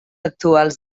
actuals